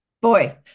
Boy